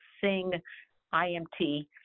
SING-IMT